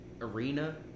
arena